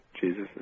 Jesus